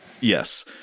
Yes